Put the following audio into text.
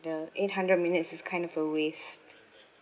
the eight hundred minutes is kind of a waste